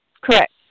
Correct